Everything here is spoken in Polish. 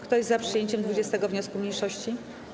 Kto jest za przyjęciem 20. wniosku mniejszości?